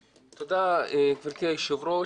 תודה, גברתי היושבת ראש.